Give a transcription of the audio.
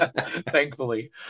thankfully